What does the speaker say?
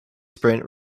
sprint